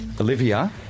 Olivia